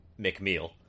McMeal